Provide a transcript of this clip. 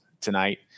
tonight